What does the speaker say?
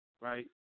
right